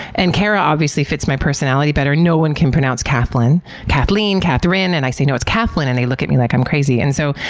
and kara obviously fits my personality better. no one can pronounce kathlyn kathleen? catherine? and i say, no, it's kathlyn. and they look at me like i'm crazy. and so,